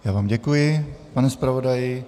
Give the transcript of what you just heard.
Já vám děkuji, pane zpravodaji.